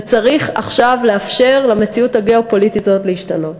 וצריך עכשיו לאפשר למציאות הגיאו-פוליטית הזאת להשתנות.